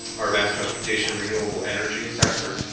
our advanced transportation renewable energy sector,